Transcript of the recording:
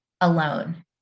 alone